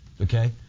Okay